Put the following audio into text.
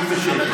תהיי בשקט.